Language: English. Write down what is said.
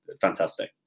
Fantastic